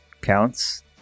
Counts